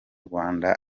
rwanda